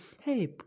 Hey